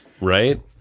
Right